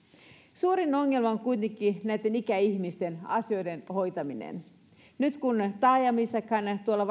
suurin ongelma on kuitenkin ikäihmisten asioiden hoitaminen kun taajamissakaan varsinkaan tuolla